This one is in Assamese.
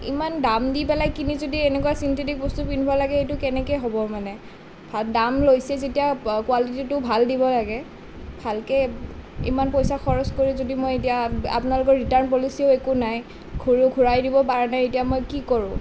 ইমান দাম দি পেলাই কিনি যদি এনেকুৱা ছিনথেটিক বস্তু পিন্ধিব লাগে এইটো কেনেকুৱা হ'ব মানে ভা দাম লৈছে যেতিয়া কোৱালিটিটো ভাল দিব লাগে ভালকে ইমান পইচা খৰচ কৰি যদি মই এতিয়া আপোনালোকৰ ৰিটাৰ্ণ পলিচিও একো নাই ঘূৰ ঘূৰাই দিব পৰা নাই এতিয়া মই কি কৰোঁ